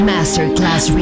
Masterclass